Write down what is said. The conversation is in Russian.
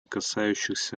касающихся